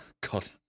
God